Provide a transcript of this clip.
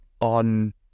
on